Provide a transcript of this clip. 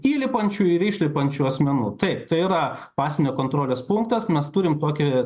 įlipančių ir išlipančių asmenų taip tai yra pasienio kontrolės punktas mes turim tokį